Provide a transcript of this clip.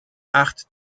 acht